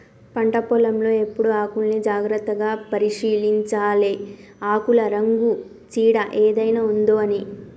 పంట పొలం లో ఎప్పుడు ఆకుల్ని జాగ్రత్తగా పరిశీలించాలె ఆకుల రంగు చీడ ఏదైనా ఉందొ అని